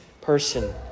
person